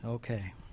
Okay